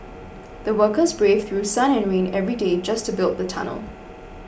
the workers braved through sun and rain every day just to build the tunnel